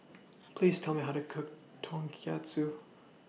Please Tell Me How to Cook Tonkatsu